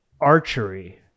archery